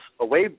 away